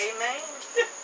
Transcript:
Amen